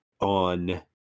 On